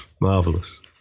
marvelous